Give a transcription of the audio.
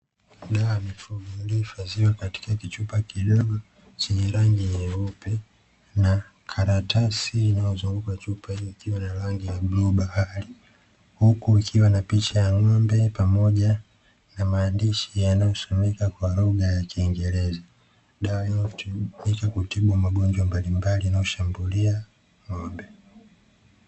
Dawa ya mifugo iliyo hifadhiwa katika kichupa kidogo, chenye rangi nyeupe, na karatasi inayozunguka chupa hiyo ikiwa na rangi ya blue bahari, huku ikiwa na picha ya ng'ombe pamoja na maandishi yanayosomeka kwa lugha ya Kiingereza. Dawa hiyo inakutibu magonjwa mbalimbali yanayoshambulia ng'ombe.